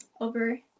over